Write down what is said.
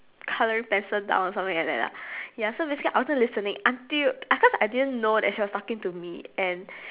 colouring pencil down or something like that lah ya so basically I wasn't listening until cause I didn't know that she was talking to me and